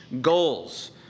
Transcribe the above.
goals